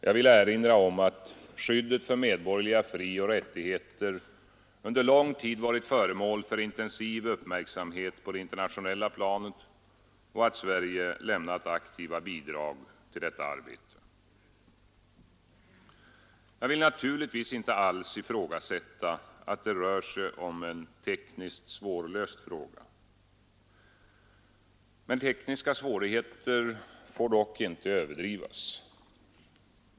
Jag vill erinra om att skyddet för medborgerliga frioch rättigheter under lång tid varit föremål för intensiv uppmärksamhet på det internationella planet och att Sverige lämnat aktiva bidrag till det arbetet Jag vill naturligtvis inte alls ifrågasätta att det rör sig om en tekniskt svårlöst fråga. Tekniska svårigheter får dock inte överdrivas.